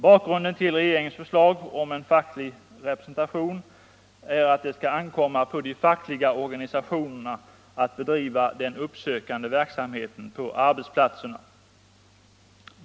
Bakgrunden till regeringens förslag om en facklig representation är att det skall ankomma på de fackliga organisationerna att bedriva den uppsökande verksamheten på arbetsplatserna.